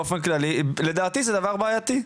באופן כללי לדעתי זה דבר בעייתי.